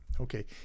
Okay